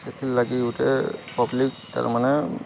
ସେଥିର୍ ଲାଗି ଗୁଟେ ପବ୍ଲିକ୍ ତାର୍ ମାନେ